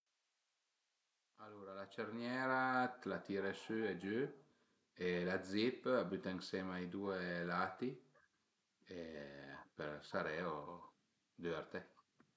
Alura la cerniera t'la tire sü e giü e la zip büte ënsema i due lati për saré o düverté